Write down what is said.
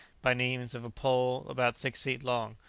by means of a pole about six feet long,